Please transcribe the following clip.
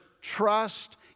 Trust